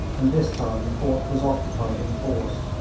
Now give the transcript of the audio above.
and this time the fort was occupied in force.